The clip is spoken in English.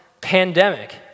pandemic